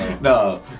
No